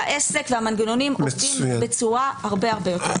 והעסק והמנגנונים עובדים בצורה הרבה הרבה יותר טובה.